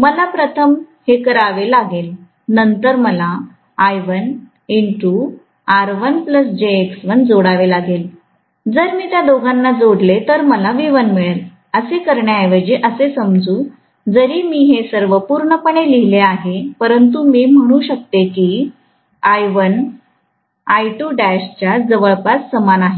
मला प्रथम हेकरावे लागेल नंतर मला जोडावे लागेल जर मी त्या दोघांना जोडले तर मला V1 मिळेल असे करण्या ऐवजी असे समजू जरी मी हे सर्व पूर्ण पणे लिहिले आहे परंतु मी म्हणू शकते की I1च्या जवळपास समान आहे